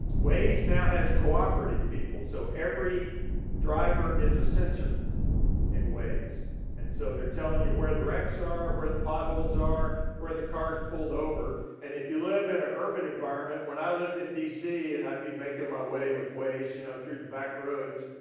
waze now has cooperative people so every driver is a sensor in waze and so they're telling you where the wrecks are, where the potholes are, where the car's pulled over and if you live in an ah urban environment. when i lived in d c. and i'd be making my way with waze you know through the back roads.